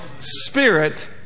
Spirit